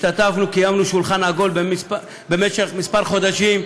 קיימנו שולחן עגול במשך כמה חודשים: